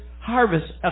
harvest